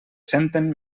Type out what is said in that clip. senten